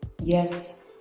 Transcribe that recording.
Yes